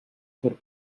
for